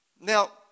Now